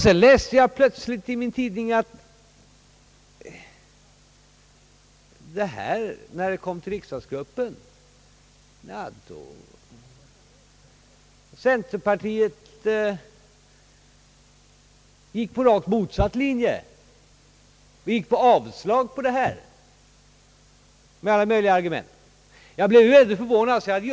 Sedan läste jag plötsligt i min tidning att centerpartiet gick på rakt motsatt linje och yrkade avslag med alla möjliga argument när frågan kom till riksdagsgruppen. Jag blev verkligen förvånad.